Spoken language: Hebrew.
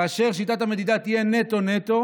כאשר שיטת המדידה תהיה נטו-נטו,